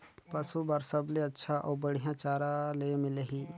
पशु बार सबले अच्छा अउ बढ़िया चारा ले मिलही?